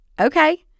okay